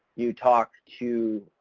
you talk to,